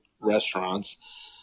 restaurants